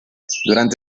durante